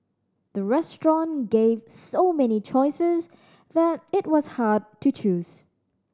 the restaurant gave so many choices that it was hard to choose